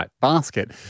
basket